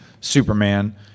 Superman